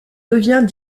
devient